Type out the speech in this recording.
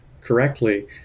correctly